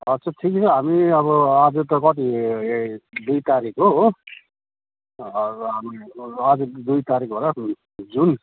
अच्छा ठिकै छ हामी अब आज त कति दुई तारिक हो हो हजुर दुई तारिक हो र जुन